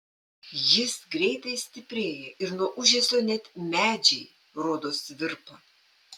jis greitai stiprėja ir nuo ūžesio net medžiai rodos virpa